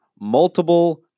multiple